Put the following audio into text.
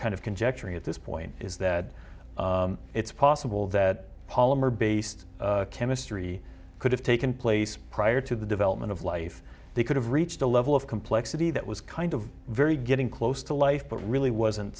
conjecture at this point is that it's possible that polymer based chemistry could have taken place prior to the development of life they could have reached a level of complexity that was kind of very getting close to life but really wasn't